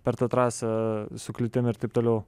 per tą trasą su kliūtim ir taip toliau